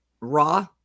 raw